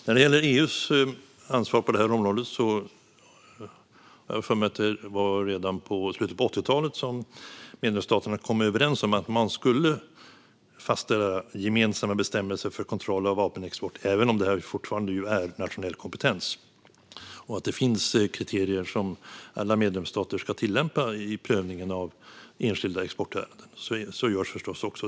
När det gäller EU:s ansvar på området har jag för mig att det var redan i slutet på 80-talet som medlemsstaterna kom överens om att man skulle fastställa gemensamma bestämmelser för kontroll av vapenexport, även om det fortfarande är nationell kompetens. Det finns kriterier som alla medlemsstater ska tillämpa i prövningen av enskilda exportärenden. Så görs förstås också.